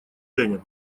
женя